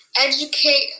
educate